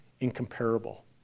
incomparable